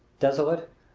desolate,